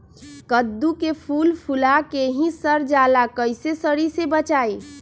कददु के फूल फुला के ही सर जाला कइसे सरी से बचाई?